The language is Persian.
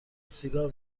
سیگار